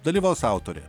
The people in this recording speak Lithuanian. dalyvaus autorė